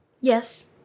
Yes